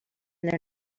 their